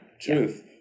truth